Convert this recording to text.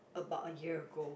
about a year ago